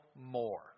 more